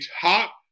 top